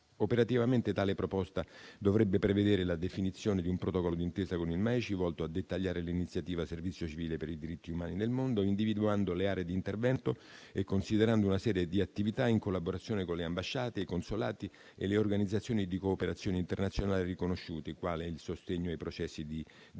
Operativamente, tale proposta dovrebbe prevedere la definizione di un protocollo d'intesa con il MAECI, volto a dettagliare l'iniziativa di servizio civile per i diritti umani nel mondo, individuando le aree di intervento e considerando una serie di attività, in collaborazione con le ambasciate, i consolati e le organizzazioni di cooperazione internazionale riconosciute, quali: il sostegno ai processi di